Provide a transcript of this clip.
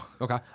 Okay